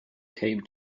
came